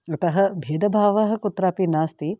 अतः भेदभावः कुत्रापि नास्ति